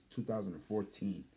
2014